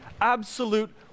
absolute